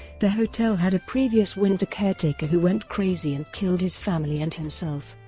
the hotel had a previous winter caretaker who went crazy and killed his family and himself.